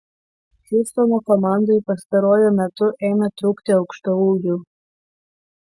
hjustono komandai pastaruoju metu ėmė trūkti aukštaūgių